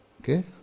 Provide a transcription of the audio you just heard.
Okay